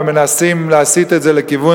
ומנסים להסיט את זה לכיוון,